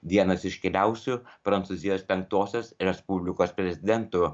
vienas iškiliausių prancūzijos penktosios respublikos prezidentų